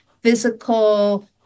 physical